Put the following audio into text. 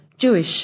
Jewish